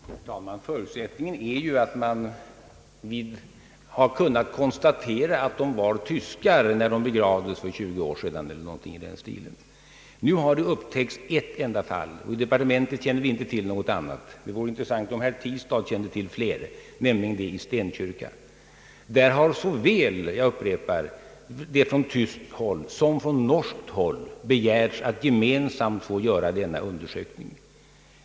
Herr talman! Förutsättningen är att man kan konstatera, att de var tyskar när de begravdes för tjugo år sedan eller däromkring. Nu har det upptäckts ett enda fall — i departementet känner vi inte till något annat, det vore intressant att veta om herr Tistad känner till fler — nämligen det i Stenkyrka. Jag upprepar att det från såväl tyskt som norskt håll har begärts att gemensamt få göra denna undersökning.